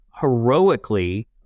heroically